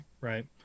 Right